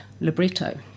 libretto